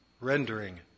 rendering